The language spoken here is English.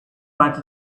write